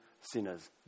sinners